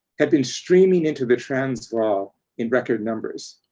had been streaming into the transvaal in record numbers?